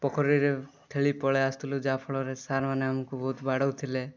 ପୋଖରୀରେ ଯାଇ ଖେଳିକି ପଳେଇ ଆସୁଥୁଲୁ ଯାହାଫଳରେ ସାର୍ମାନେ ଆମକୁ ବହୁତ ବାଡ଼ଉଥିଲେ